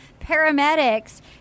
paramedics